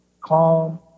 calm